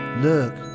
Look